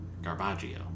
Garbaggio